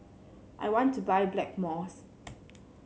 I want to buy Blackmores